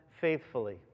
faithfully